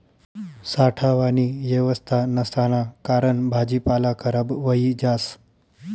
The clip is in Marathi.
साठावानी येवस्था नसाना कारण भाजीपाला खराब व्हयी जास